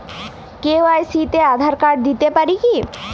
KYC তে Aadhaar card দিতে পারি কি?